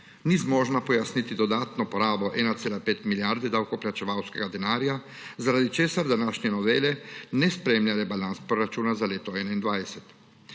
ni zmožna pojasniti dodatno porabo 1,5 milijarde davkoplačevalskega denarja, zaradi česar današnje novele ne spremlja rebalans proračuna za leto 2021.